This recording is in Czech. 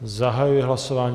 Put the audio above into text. Zahajuji hlasování.